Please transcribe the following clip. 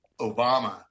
Obama